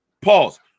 Pause